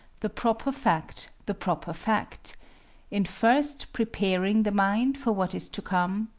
the proper fact the proper fact in first preparing the mind for what is to come,